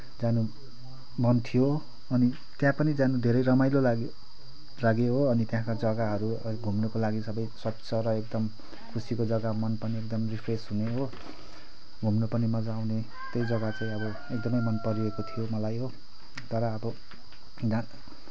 जान मन थियो अनि त्यहाँ पनि जान धेरै रमाइलो लाग्यो लाग्यो हो अनि त्यहाँको जग्गाहरू घुम्नको लागि सबै स्वच्छ र एकदम खुसीको जग्गा मन पनि एकदम रिफ्रेस हुने हो घुम्न पनि मज्जा आउने त्यही जग्गा अब एकदमै मनपरेको थियो मलाई हो तर अब गा